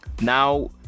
Now